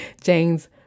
James